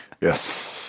Yes